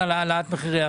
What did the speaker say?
מה לתת.